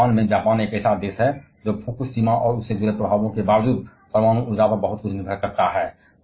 और जापान में जापान एक ऐसा देश है जो कि फुकुशिमा और उससे जुड़े प्रभावों के बावजूद परमाणु ऊर्जा पर बहुत कुछ निर्भर करता है